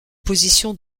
position